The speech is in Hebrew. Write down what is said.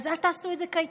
אז אל תעשו את זה קייטנה.